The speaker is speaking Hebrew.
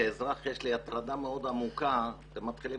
כאזרח יש לי הטרדה מאוד עמוקה מכך שאתם מתחילים